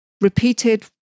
repeated